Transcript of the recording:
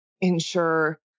ensure